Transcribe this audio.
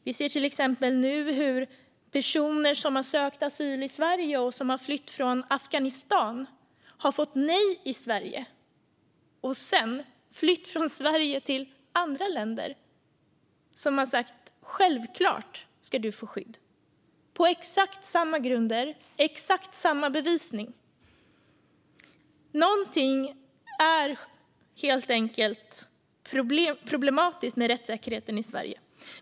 Vi ser till exempel nu hur personer som har sökt asyl i Sverige och som har flytt från Afghanistan har fått nej i Sverige och sedan har flytt från Sverige till andra länder som har sagt att det är självklart att de ska få skydd, på exakt samma grunder och med exakt samma bevisning. Något är helt enkelt problematiskt med säkerheten i Sverige.